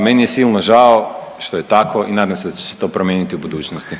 Meni je silno žao što je tako i nadam se da će se to promijeniti u budućnosti.